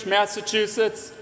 Massachusetts